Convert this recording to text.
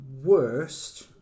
Worst